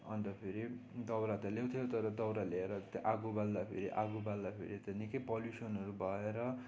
अन्त फेरि दाउरा त ल्याउँथ्यो तर दाउरा ल्याएर त्यहाँ आगो बाल्दाखेरि आगो बाल्दाखेरि त निकै पोल्युसनहरू भएर